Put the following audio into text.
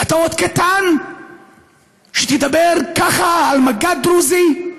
אתה עוד קטן שתדבר ככה על מג"ד דרוזי,